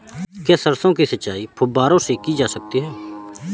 क्या सरसों की सिंचाई फुब्बारों से की जा सकती है?